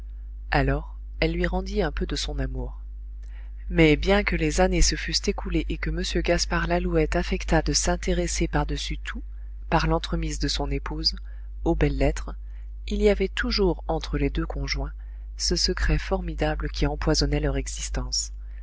alors elle lui rendit un peu de son amour mais bien que les années se fussent écoulées et que m gaspard lalouette affectât de s'intéresser par-dessus tout par l'entremise de son épouse aux belles-lettres il y avait toujours entre les deux conjoints ce secret formidable qui empoisonnait leur existence